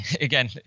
again